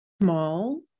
small